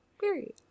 Period